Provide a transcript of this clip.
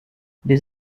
des